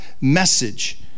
message